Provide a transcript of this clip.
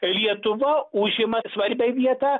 lietuva užima svarbią vietą